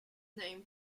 name